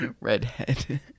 Redhead